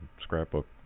Scrapbook